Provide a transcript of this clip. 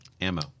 Ammo